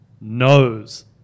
knows